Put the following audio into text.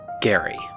Gary